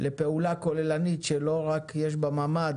לפעולה כוללנית שלא רק שיש בה ממ"ד,